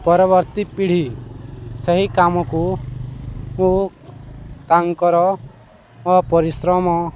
ପରବର୍ତ୍ତୀ ପିଢ଼ି ସେହି କାମକୁ ମୁଁ ତାଙ୍କର ପରିଶ୍ରମ